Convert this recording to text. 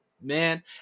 man